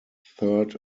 third